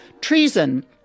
treason